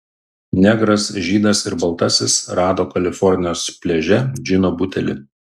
negras žydas ir baltasis rado kalifornijos pliaže džino butelį